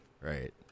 right